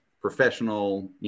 professional